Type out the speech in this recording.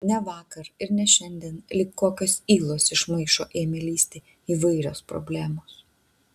ne vakar ir ne šiandien lyg kokios ylos iš maišo ėmė lįsti įvairios problemos